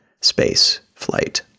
spaceflight